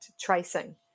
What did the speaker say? tracing